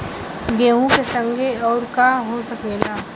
गेहूँ के संगे आऊर का का हो सकेला?